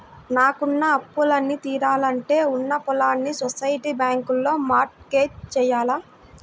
నాకున్న అప్పులన్నీ తీరాలంటే ఉన్న పొలాల్ని సొసైటీ బ్యాంకులో మార్ట్ గేజ్ జెయ్యాల